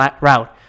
route